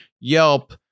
Yelp